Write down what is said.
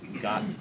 got